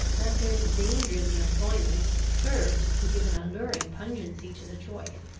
that there was danger in the employment, served to give an alluring pungency to the choice.